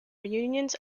reunions